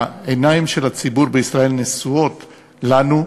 עיני הציבור בישראל נשואות אלינו,